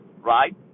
right